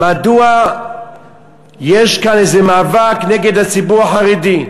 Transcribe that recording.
מדוע יש כאן איזה מאבק נגד הציבור החרדי?